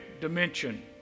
dimension